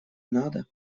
надо